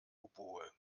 oboe